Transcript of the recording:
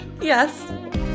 Yes